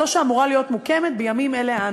זאת שאמורה להיות מוקמת בימים אלה.